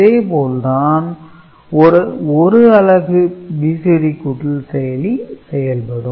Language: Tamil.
இது போல் தான் ஒரு அலகு BCD கூட்டல் செயலி செயல்படும்